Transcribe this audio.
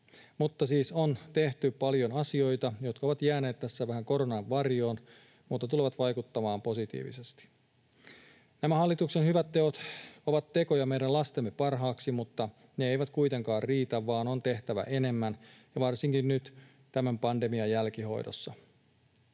Mutta siis on tehty paljon asioita, jotka ovat jääneet tässä vähän koronan varjoon mutta tulevat vaikuttamaan positiivisesti. Nämä hallituksen hyvät teot ovat tekoja meidän lastemme parhaaksi, mutta ne eivät kuitenkaan riitä, vaan on tehtävä enemmän ja varsinkin nyt tämän pandemian jälkihoidossa.